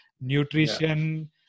nutrition